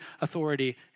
authority